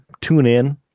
TuneIn